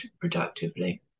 productively